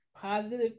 positive